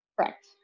Correct